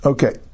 Okay